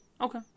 Okay